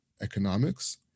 economics